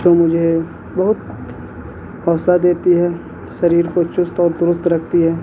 تو مجھے بہت حوصلہ دیتی ہے شریر کو چست اور درست رکھتی ہے